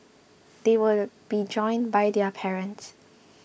they will be joined by their parents